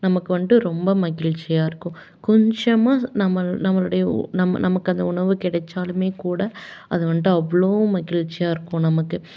நமக்கு வந்துட்டு ரொம்ப மகிழ்ச்சியாக இருக்கும் கொஞ்சமாக நம்மளை நம்மளுடைய உ நம்ம நமக்கு அந்த உணவு கெடைச்சாலுமே கூட அது வந்துட்டு அவ்வளோ மகிழ்ச்சியாக இருக்கும் நமக்கு